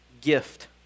gift